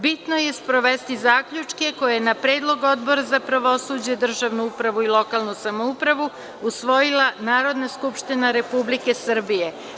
Bitno je sprovesti zaključke, koje na predlog Odbora za pravosuđe državnu upravu i lokalnu samoupravu usvojila Narodna skupština Republike Srbije.